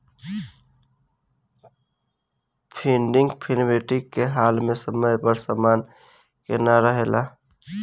funding liquidity के हाल में समय पर समान के ना रेहला